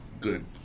good